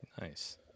Nice